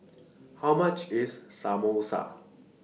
How much IS Samosa